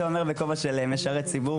אני אומר שכובע של משרת ציבור.